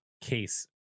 case